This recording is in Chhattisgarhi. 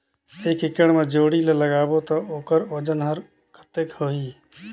एक एकड़ मा जोणी ला लगाबो ता ओकर वजन हर कते होही?